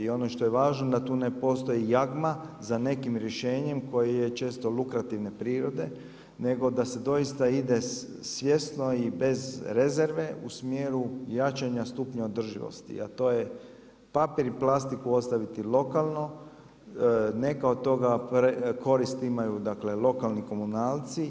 I ono što je važno da tu ne postoji jagma za nekim rješenjem koje je često lukrativne prirode nego da se doista ide svjesno i bez rezerve u smjeru jačanja stupnja održivosti a to je papir i plastiku ostaviti lokalno, neka od toga koristi imaju dakle lokalni komunalci.